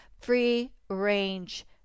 free-range